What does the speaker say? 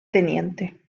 tte